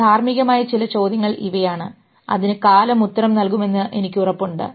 ധാർമ്മികമായ ചില ചോദ്യങ്ങൾ ഇവയാണ് അതിന് കാലം ഉത്തരം നൽകുമെന്ന് എനിക്ക് ഉറപ്പുണ്ട്